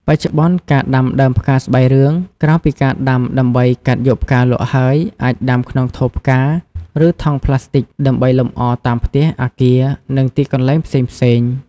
បច្ចុប្បន្នការដាំដើមផ្កាស្បៃរឿង ក្រៅពីការដាំដើម្បីកាត់យកផ្កាលក់ហើយ អាចដាំក្នុងថូផ្កា ឬថង់ប្លាស្ទិកដើម្បីលំអតាមផ្ទះ អាគារ និងទីកន្លែងផ្សេងៗ។